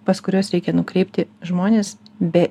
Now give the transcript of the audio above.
pas kuriuos reikia nukreipti žmones be